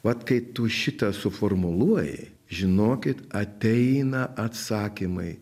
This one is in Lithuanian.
vat kai tu šitą suformuluoji žinokit ateina atsakymai